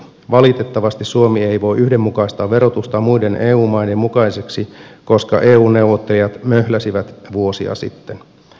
valitettavasti suomi ei voi yhdenmukaistaa verotustaan muiden eu maiden mukaiseksi koska eu neuvottelijat möhläsivät vuosia sitten